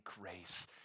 grace